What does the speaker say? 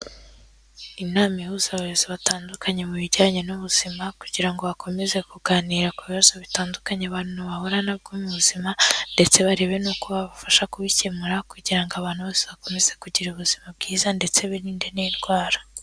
Inama ihuza abayobozi batandukanye mu bijyanye n'ubuzima, kugira ngo bakomeze kuganira ku bibazo bitandukanye abantu bahura nabyo mu buzima, ndetse barebe n'uko babafasha kubikemura, kugira ngo abantu bose bakomeze kugira ubuzima bwiza, ndetse birinde n'indwara.